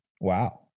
Wow